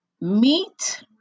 meat